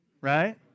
right